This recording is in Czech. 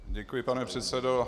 Děkuji, pane předsedo.